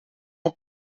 een